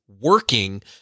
working